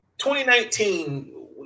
2019